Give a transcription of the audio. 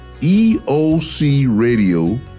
eocradio